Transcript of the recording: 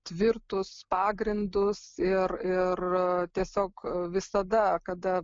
tvirtus pagrindus ir ir tiesiog visada kada